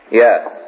Yes